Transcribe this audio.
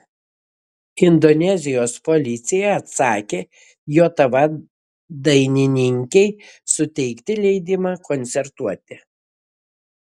indonezijos policija atsakė jav dainininkei suteikti leidimą koncertuoti